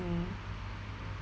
mm